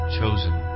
chosen